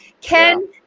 Ken